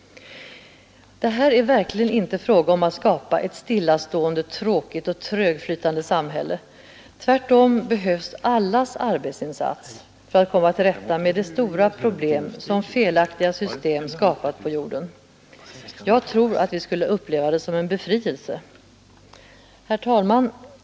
Det är verkligen inte fråga om att skapa ett stillastående, tråkigt och trögflytande samhälle. Tvärtom behövs allas arbetsinsats för att komma till rätta med de stora problem som felaktiga system skapat på jorden. Jag tror att vi skulle uppleva det som en befrielse. Herr talman!